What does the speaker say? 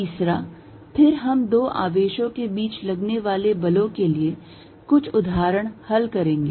तीसरा फिर हम दो आवेशों के बीच लगने वाले बलों के लिए कुछ उदाहरण हल करेंगे